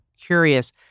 curious